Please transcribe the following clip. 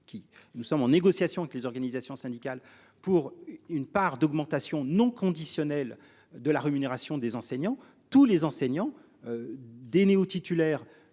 nous sommes en négociation avec les organisations syndicales pour une part d'augmentation non conditionnelle de la rémunération des enseignants tous les enseignants. Des néo-titulaires